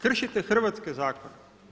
Kršite hrvatske zakone.